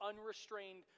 unrestrained